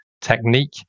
technique